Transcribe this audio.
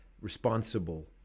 responsible